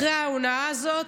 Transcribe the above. אחרי ההונאה הזו,